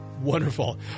Wonderful